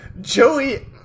Joey